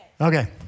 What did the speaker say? Okay